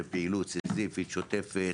זה פעילות סיזיפית, שוטפת,